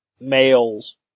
males